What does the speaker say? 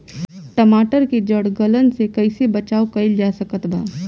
टमाटर के जड़ गलन से कैसे बचाव कइल जा सकत बा?